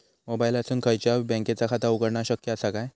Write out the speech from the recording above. मोबाईलातसून खयच्याई बँकेचा खाता उघडणा शक्य असा काय?